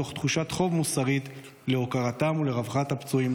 מתוך תחושת חוב מוסרית להוקרתם ולרווחתם של הפצועים,